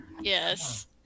Yes